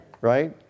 Right